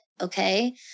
Okay